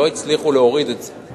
לא הצליחו להוריד את זה,